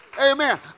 Amen